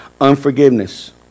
Unforgiveness